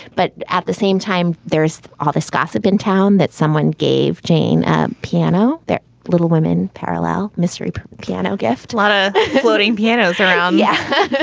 but at the same time, there's all this gossip in town that someone gave jane a piano there. little women, parallel mystery, piano gift, a ah floating piano so um yeah